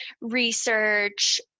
research